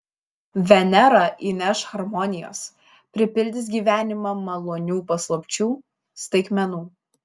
venera įneš harmonijos pripildys gyvenimą malonių paslapčių staigmenų